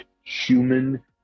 human